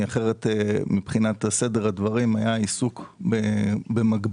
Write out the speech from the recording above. אחרת מבחינת סדר הדברים היה עיסוק במקביל